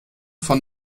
von